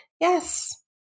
yes